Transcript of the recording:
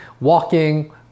Walking